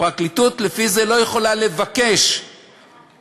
הפרקליטות לפי זה לא יכולה לבקש פחות